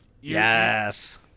Yes